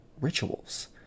rituals